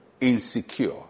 insecure